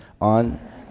on